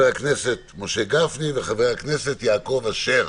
משה גפני ויעקב אשר,